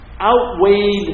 outweighed